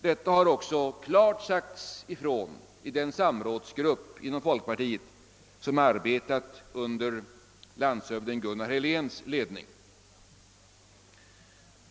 Detta har också klart sagts ifrån i den samrådsgrupp inom folkpartiet som arbetat under landshövding Gunnar Heléns ledning.